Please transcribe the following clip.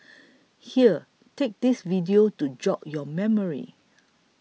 here take this video to jog your memory